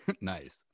Nice